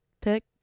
pick